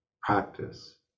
practice